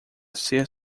ser